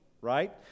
right